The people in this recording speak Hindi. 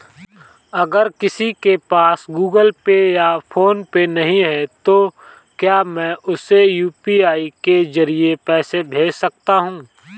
अगर किसी के पास गूगल पे या फोनपे नहीं है तो क्या मैं उसे यू.पी.आई के ज़रिए पैसे भेज सकता हूं?